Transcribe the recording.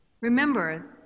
Remember